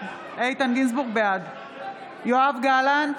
גינזבורג, בעד יואב גלנט,